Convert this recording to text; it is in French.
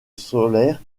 solaire